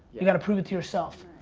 you gotta prove it to yourself.